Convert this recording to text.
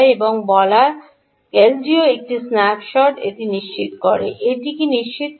এখানে বলা এলডিওর একটি স্ন্যাপশট এটি নিশ্চিত করে এটি কী নিশ্চিত করে